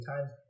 times